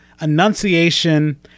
enunciation